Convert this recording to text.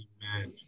Amen